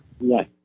Yes